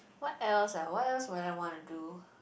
what else ah what else would I wanna do